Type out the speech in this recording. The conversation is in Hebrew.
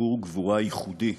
סיפור גבורה ייחודי,